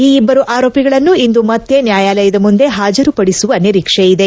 ಈ ಇಬ್ಬರು ಆರೋಪಿಗಳನ್ನು ಇಂದು ಮತ್ತೆ ನ್ಯಾಯಾಲಯದ ಮುಂದೆ ಹಾಜರುಪಡಿಸುವ ನಿರೀಕ್ಷೆ ಇದೆ